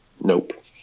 Nope